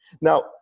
Now